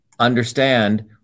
understand